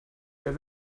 wer